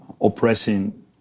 oppressing